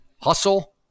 hustle